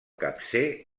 capcer